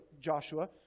Joshua